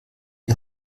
die